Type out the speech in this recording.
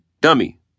dummy